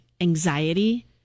anxiety